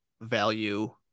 value